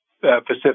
Pacific